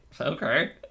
Okay